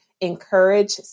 encourage